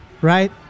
right